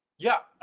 yeah,